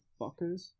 fuckers